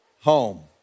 home